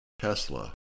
Tesla